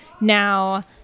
now